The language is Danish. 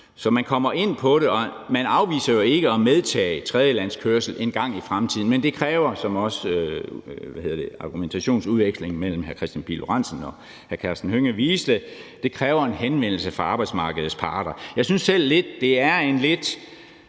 Man kommer ind på det, og man afviser ikke at medtage tredjelandskørsel engang i fremtiden, men det kræver, som også ordvekslingen mellem hr. Kristian Pihl Lorentzen og hr. Karsten Hønge viste, en henvendelse fra arbejdsmarkedets parter. Jeg synes selv, at det er lidt